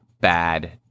bad